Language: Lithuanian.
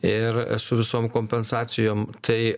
ir su visom kompensacijom tai